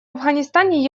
афганистане